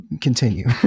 Continue